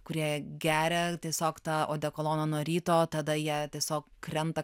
kurie geria tiesiog tą odekoloną nuo ryto o tada jie tiesiog krenta